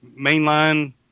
mainline